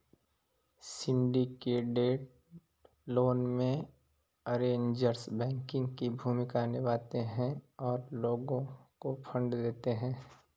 syndicated loan में, arrangers banking की भूमिका निभाते हैं और लोगों को फंड देते हैं